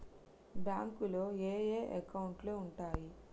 బ్యాంకులో ఏయే అకౌంట్లు ఉంటయ్?